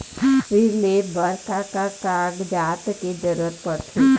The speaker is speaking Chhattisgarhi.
ऋण ले बर का का कागजात के जरूरत पड़थे?